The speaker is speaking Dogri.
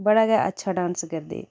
बड़ा गै अच्छा डान्स करदे